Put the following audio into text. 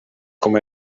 com